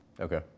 Okay